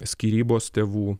skyrybos tėvų